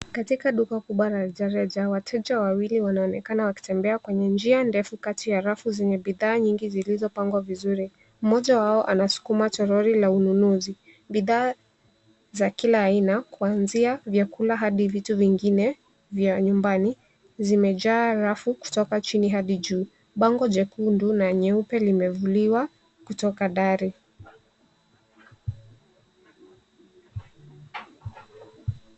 Katika duka kubwa la rejareja wateja wawili wanaonekana wakitembea kwenye njia ndefu kati ya bidhaa nyingi zilizopangwa vizuri. Mmoja wao anasukuma toroli la ununuzi . Bidhaa za kila aina kuanzia vyakula hadi vitu vingine vya nyumbani zimejaa rafu kutoka chini hadi juu. Bango jekundu na nyeupe limevuliwa kutoka dari.